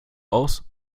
aus